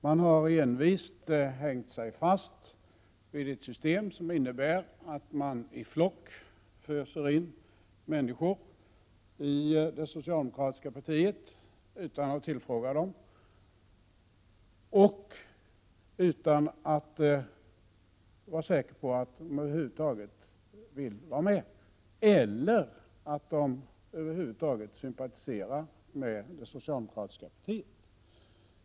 Man har envist hängt sig fast vid ett system, som innebär att man i flock föser in människor i det socialdemokratiska partiet, utan att tillfråga dem och utan att vara säker på att de över huvud taget vill vara med eller att de över huvud taget sympatiserar med det socialdemokratiska partiet.